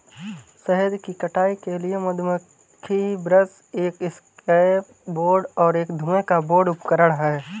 शहद की कटाई के लिए मधुमक्खी ब्रश एक एस्केप बोर्ड और एक धुएं का बोर्ड उपकरण हैं